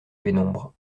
pénombre